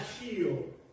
shield